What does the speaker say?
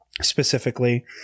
specifically